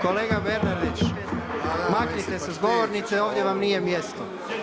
Kolega Bernardić, maknite se s govornice ovdje vam nije mjesto.